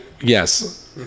yes